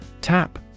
Tap